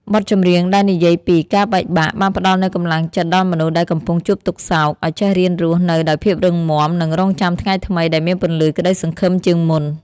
បទចម្រៀងដែលនិយាយពី "ការបែកបាក់" បានផ្ដល់នូវកម្លាំងចិត្តដល់មនុស្សដែលកំពុងជួបទុក្ខសោក ឱ្យចេះរៀនរស់នៅដោយភាពរឹងមាំ និងរង់ចាំថ្ងៃថ្មីដែលមានពន្លឺក្តីសង្ឃឹមជាងមុន។